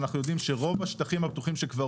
אנחנו יודעים שרוב השטחים הפתוחים שכבר